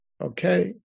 okay